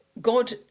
God